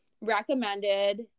recommended